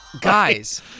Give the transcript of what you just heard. Guys